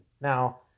Now